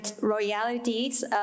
royalties